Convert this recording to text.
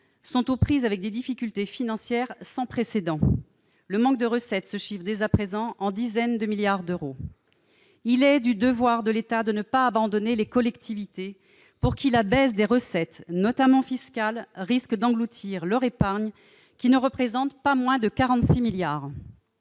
sont aux prises avec des difficultés financières sans précédent. Le manque de recettes se chiffre dès à présent en dizaines de milliards d'euros. Il est du devoir de l'État de ne pas abandonner les collectivités, pour lesquelles la baisse de recettes, notamment fiscales, risque d'engloutir leur épargne, qui ne représente pas moins de 46 milliards